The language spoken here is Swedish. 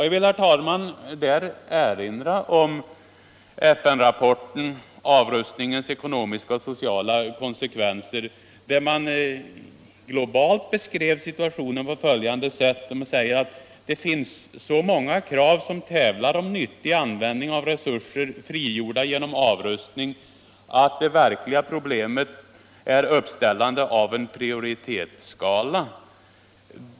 Jag vill, herr talman, i detta sammanhang erinra om FN-rapporten ”Avrustningens ekonomiska och sociala konsekvenser”, där man globalt beskrev situationen på följande sätt: ”Det finns så många krav som tävlar om en nyttig användning av resurser frigjorda genom avrustning att det verkliga problemet är uppställande av en prioritetsskala.